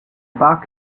park